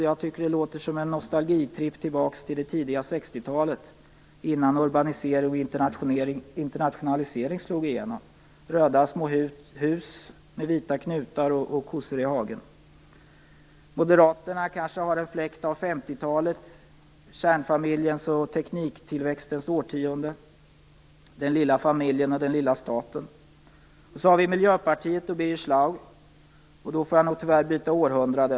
Jag tycker att det lät som en nostalgitripp tillbaks till det tidigare 60-talet innan urbanisering och internationalisering slog igenom - röda små hus med vita knutar och kossor i hagen. Moderaterna kanske har en fläkt av 50-talet - kärnfamiljens och tekniktillväxtens årtionde, den lilla familjen och den lilla staten. Sedan har vi Miljöpartiet och Birger Schlaug, och då får jag nog tyvärr byta århundrade.